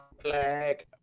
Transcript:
flag